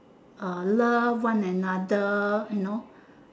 love one another